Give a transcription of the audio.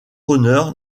honneur